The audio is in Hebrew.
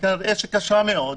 כנראה קשה מאוד,